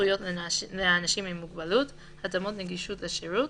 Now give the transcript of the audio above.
זכויות לאנשים עם מוגבלות (התאמות נגישות לשירות),